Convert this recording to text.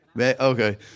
Okay